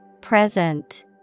Present